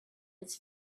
its